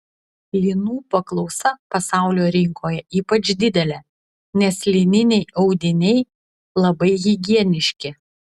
linų paklausa pasaulio rinkoje ypač didelė nes lininiai audiniai labai higieniški